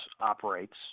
operates